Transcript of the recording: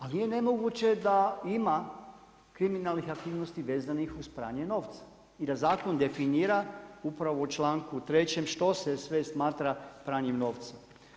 Ali nije nemoguće da ima kriminalnih aktivnosti vezanih uz pranje novca i da zakon definira upravo u članku 3. što se sve smatra pranjem novca.